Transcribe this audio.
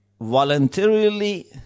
voluntarily